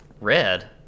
Red